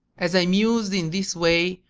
as i mused in this way,